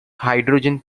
hydrogen